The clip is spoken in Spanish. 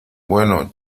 bueno